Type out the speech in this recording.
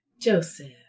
Joseph